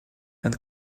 and